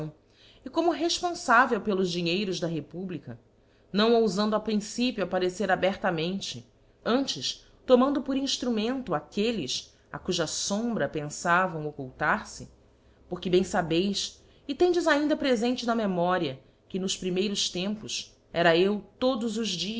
e como refponfavel pelos dinheiros da republica não oufando a principio apparecer abertamente antes tomando por inftrumento aquelles a cuja fombra penfavam occultar fe porque bem fabeis e tendes ainda prefente na memoria que nos primeiros tempos era eu todos os dias